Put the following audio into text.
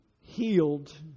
healed